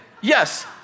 yes